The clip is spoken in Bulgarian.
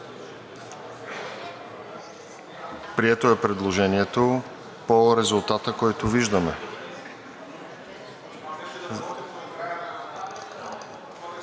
Прието е предложението по резултата, който виждаме.